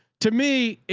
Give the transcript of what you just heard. to me,